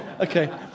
Okay